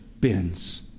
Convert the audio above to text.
bins